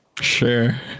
Sure